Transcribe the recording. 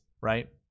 right